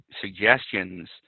suggestions